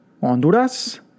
Honduras